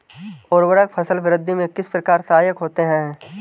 उर्वरक फसल वृद्धि में किस प्रकार सहायक होते हैं?